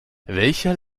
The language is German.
welcher